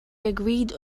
agreed